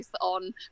on